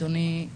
אדוני,